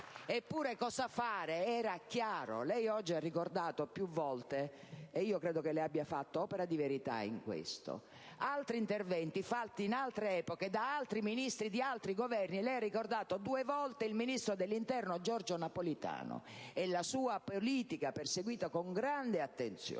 Eppure, cosa fare era chiaro. Lei oggi ha ricordato più volte - e io credo che in questo modo abbia fatto opera di verità - altri interventi fatti in altre epoche da altri Ministri di altri Governi. Ha ricordato due volte il ministro dell'interno Giorgio Napolitano e la sua politica perseguita con grande attenzione